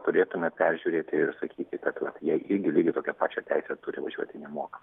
turėtume peržiūrėti ir sakyti kad jie irgi lygiai tokią pačią teisę turi važiuoti nemokamai